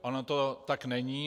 Ono to tak není.